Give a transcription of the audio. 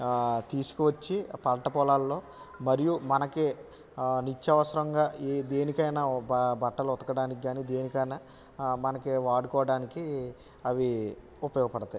ఆ తీసుకవచ్చి ఆ పంట పొలాల్లో మరియు మనకి ఆ నిత్యవసరంగా దేనికైనా బట్టలు ఉతకడానికి కానీ దేనికైనా మనకి వాడుకోవడానికి అవి ఉపయోగపడతాయి